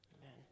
amen